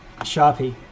Sharpie